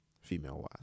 female-wise